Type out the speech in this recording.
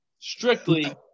Strictly